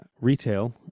retail